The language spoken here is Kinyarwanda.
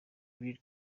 lil